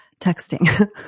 texting